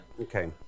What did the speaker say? Okay